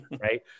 Right